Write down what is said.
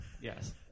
Yes